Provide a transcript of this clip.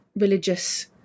religious